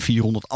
400